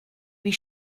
wie